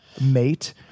mate